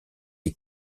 les